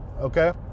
okay